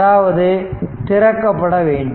அதாவது திறக்கப்பட வேண்டும்